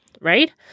right